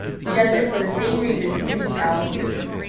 he does it for the same reason hooty the owl hoots.